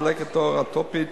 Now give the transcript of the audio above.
דלקת עור אטופית,